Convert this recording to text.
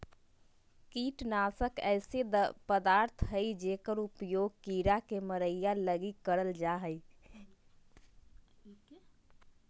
कीटनाशक ऐसे पदार्थ हइंय जेकर उपयोग कीड़ा के मरैय लगी करल जा हइ